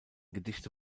gedichte